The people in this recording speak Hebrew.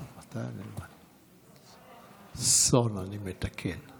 אדוני היושב-ראש, חבריי חברי הכנסת, כנסת נכבדה,